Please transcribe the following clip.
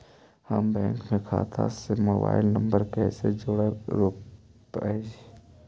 हम बैंक में खाता से मोबाईल नंबर कैसे जोड़ रोपबै?